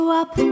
up